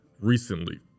recently